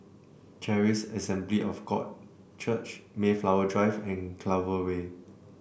Charis Assembly of God Church Mayflower Drive and Clover Way